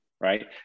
right